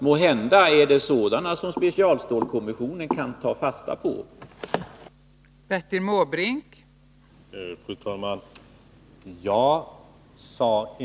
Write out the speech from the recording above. Måhända är förslagen sådana att specialstålskommissionen kan ta fasta på dem.